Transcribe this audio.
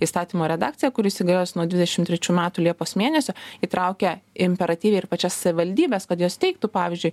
įstatymo redakcija kuri įsigalios nuo dvidešim trečių metų liepos mėnesio įtraukę imperatyviai ir pačias savivaldybes kad jos teiktų pavyzdžiui